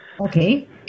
okay